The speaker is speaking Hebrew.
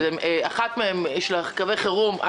אחת מהן, בעניין קווי החירום,